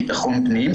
ביטחון פנים.